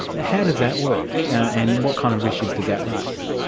ah how does that work and what kind of issues does that raise?